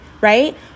right